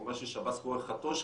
או מה ששב"ס קורא חטו"ש,